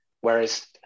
Whereas